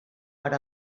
per